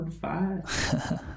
five